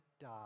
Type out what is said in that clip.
die